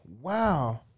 Wow